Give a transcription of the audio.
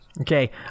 okay